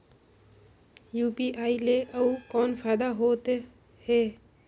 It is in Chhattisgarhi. यू.पी.आई ले अउ कौन फायदा होथ है?